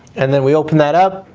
and then we open that up,